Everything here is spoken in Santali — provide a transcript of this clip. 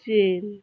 ᱪᱤᱱ